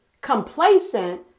complacent